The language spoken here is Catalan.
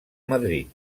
madrid